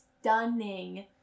stunning